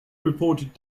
reported